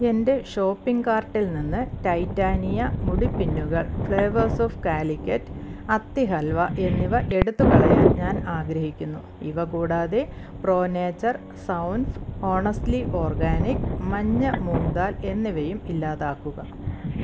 എന്റെ ഷോപ്പിംഗ് കാർട്ടിൽ നിന്ന് ടൈറ്റാനിയ മുടി പിന്നുകൾ ഫ്ലേവേഴ്സ് ഓഫ് കാലിക്കറ്റ് അത്തി ഹൽവ എന്നിവ എടുത്തു കളയാൻ ഞാൻ ആഗ്രഹിക്കുന്നു ഇവ കൂടാതെ pro nature saunf honestly organic മഞ്ഞ മൂംഗ് ദാൽ എന്നിവയും ഇല്ലാതാക്കുക